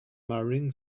marrying